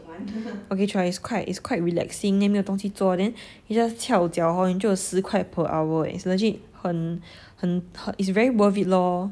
okay true ah it's quite it's quite relaxing then 没有东西做 then you just 翘脚 hor 你就有十块 per hour eh it's legit 很恨 it's very worth it lor